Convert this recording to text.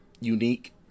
unique